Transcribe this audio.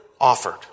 offered